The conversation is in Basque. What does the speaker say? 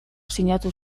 sinatu